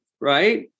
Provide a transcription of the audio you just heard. right